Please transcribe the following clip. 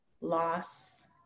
loss